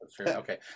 okay